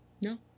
No